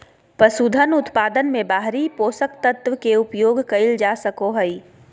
पसूधन उत्पादन मे बाहरी पोषक तत्व के उपयोग कइल जा सको हइ